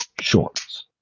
shorts